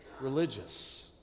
religious